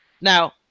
Now